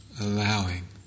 allowing